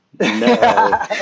No